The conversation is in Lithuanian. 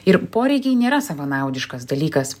ir poreikiai nėra savanaudiškas dalykas